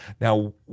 Now